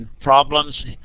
problems